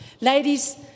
Ladies